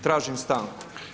Tražim stanku.